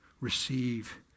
receive